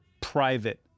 private